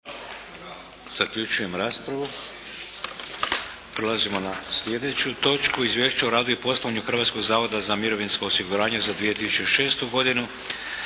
Vladimir (HDZ)** Prelazimo na sljedeću točku: - Izvješće o radu i poslovanju Hrvatskog zavoda za mirovinsko osiguranje za 2006. godinu.